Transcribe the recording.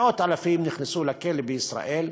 מאות אלפים נכנסו לכלא בישראל,